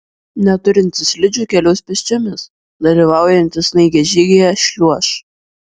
neturintys slidžių keliaus pėsčiomis dalyvaujantys snaigės žygyje šliuoš